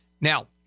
Now